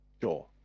sure